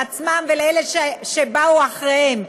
לעצמם ולאלה שיבואו אחריהם.